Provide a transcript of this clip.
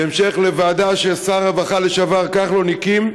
בהמשך לוועדה ששר הרווחה לשעבר כחלון הקים,